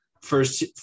First –